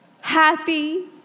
happy